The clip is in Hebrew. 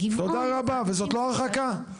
תודה רבה וזאת לא הרחקה?